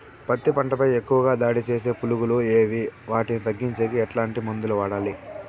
పత్తి పంట పై ఎక్కువగా దాడి సేసే పులుగులు ఏవి వాటిని తగ్గించేకి ఎట్లాంటి మందులు వాడాలి?